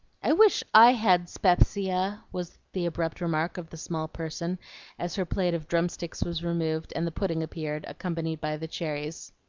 i wish i had spepsia, was the abrupt remark of the small person as her plate of drum-sticks was removed and the pudding appeared, accompanied by the cherries.